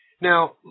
Now